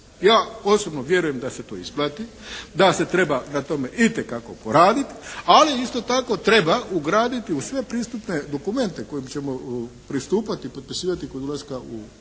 Ja osobno vjerujem da se to isplati, da se treba na tome itekako poraditi. Ali isto tako treba ugraditi u sve pristupne dokumente kojim ćemo pristupati i potpisivati kod ulaska u NATO